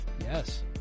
Yes